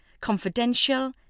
confidential